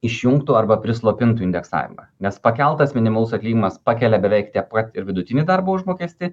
išjungtų arba prislopintų indeksavimą nes pakeltas minimalus atlyginimas pakelia beveik tiek pat ir vidutinį darbo užmokestį